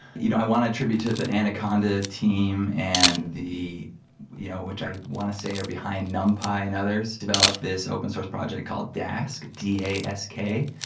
you know i want to attribute to the anaconda team and the you know which i want to say are behind numpy and others develop this open source project called dask, d a s k,